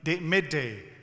midday